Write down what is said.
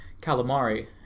calamari